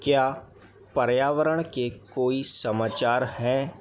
क्या पर्यावरण के कोई समाचार हैं